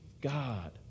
God